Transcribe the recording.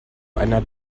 einer